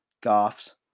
Goff's